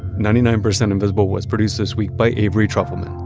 ninety nine percent invisible was produced this week by avery trufelman,